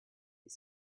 est